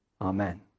Amen